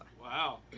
wow